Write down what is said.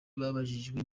babajijwe